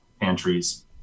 pantries